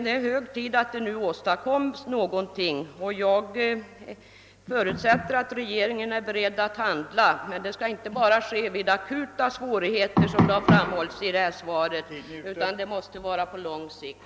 Det är hög tid att någonting verkligen göres i denna fråga, och jag förutsätter att regeringen är beredd att handla. Men detta skall inte ske bara vid akuta svårigheter, utan här måste åstadkommas en lösning på lång sikt.